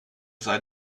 sei